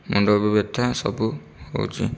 ମୁଣ୍ଡ ବି ବ୍ୟଥା ସବୁ ହଉଛି